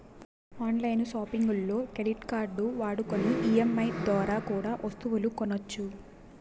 on line సాపింగుల్లో credit కార్డుల్ని వాడుకొని ఈ.ఎం.ఐ దోరా కూడా ఒస్తువులు కొనొచ్చు